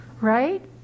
right